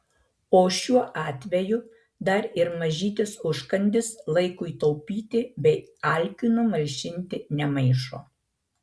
o šiuo atveju dar ir mažytis užkandis laikui taupyti bei alkiui numalšinti nemaišo